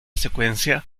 secuencia